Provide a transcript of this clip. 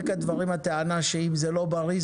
הטענה שאם זה לא בריא,